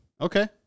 Okay